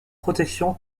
protection